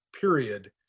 period